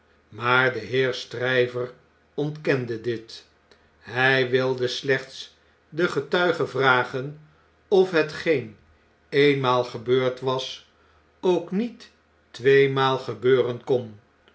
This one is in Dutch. maar de heer stryver ontkende dit hij wilde slechts den getuige vragen of hetgeen ee'nmaal gebeurd was ook niet tweemaal gebeuren kon